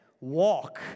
walk